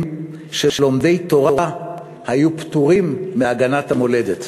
שלומדי תורה היו פטורים מהגנת המולדת.